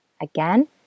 Again